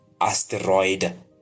Asteroid